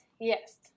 yes